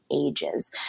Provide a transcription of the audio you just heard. ages